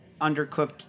undercooked